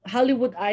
Hollywood